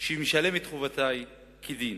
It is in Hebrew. שמשלם את חובותי כדין.